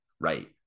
right